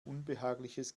unbehagliches